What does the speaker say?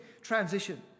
transition